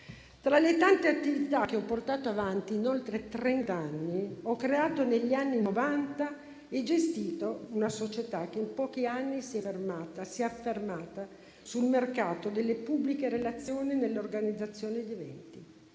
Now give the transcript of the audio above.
Tra le varie attività che ho portato avanti in oltre trent'anni, negli anni '90 ho creato e gestito una società che in pochi anni si è affermata sul mercato delle pubbliche relazioni nell'organizzazione di eventi.